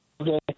Okay